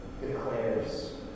declares